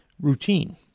routine